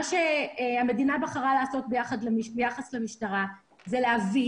מה שהמדינה בחרה לעשות ביחס למשטרה זה להביא